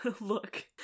look